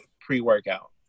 pre-workout